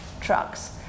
trucks